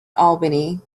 albany